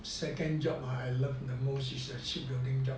second job I love the most is a shipbuilding job